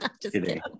Today